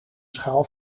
schaal